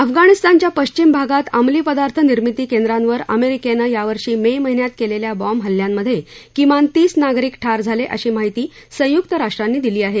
अफगाणिस्तानच्या पश्चिम भागात अमली पदार्थ निर्मिती केंद्रांवर अमेरिकेनं या वर्षी मे महिन्यात केलेल्या बॉम्ब हल्ल्यांमध्ये किमान तीस नागरिक ठार झाले अशी माहिती संयुक्त राष्ट्रांनी दिली आहे